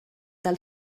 del